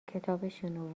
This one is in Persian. کتابشونو